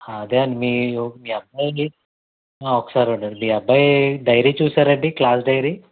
అదే అండి మీరు మీ అబ్బాయిని ఒక్కసారి ఉండండి మీ అబ్బాయి డైరీ చూశారాండి క్లాస్ డైరీ